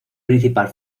principal